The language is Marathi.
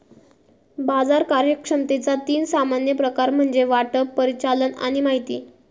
बाजार कार्यक्षमतेचा तीन सामान्य प्रकार म्हणजे वाटप, परिचालन आणि माहिती